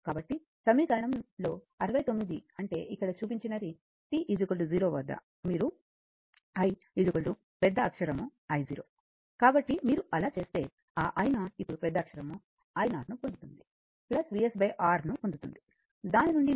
కాబట్టి సమీకరణంలో 69 అంటే ఇక్కడ చూపించినది t 0 వద్ద మీరు i పెద్ద అక్షరం I0 కాబట్టి మీరు అలా చేస్తే ఆ i0 అప్పుడు పెద్దఅక్షరం I0 ను పొందుతుంది Vs r ను పొందుతుంది దాని నుండి మీకు i0 Vs R లభిస్తుంది